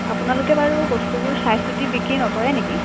আপোনালোকে বাৰু বস্তুবোৰ চাই চিতি বিক্ৰী নকৰে নেকি